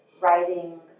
writing